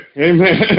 Amen